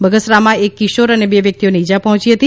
બગસરામાં એક કિશોર અને બે વ્યકિતને ઇજા પહોંચી હતી